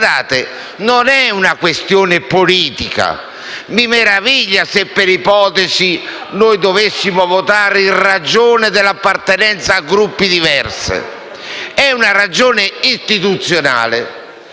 non è una questione politica (mi meraviglierei se per ipotesi dovessimo votare in ragione dell'appartenenza a Gruppi diversi), ma è una ragione istituzionale.